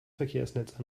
verkehrsnetz